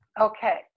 Okay